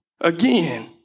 again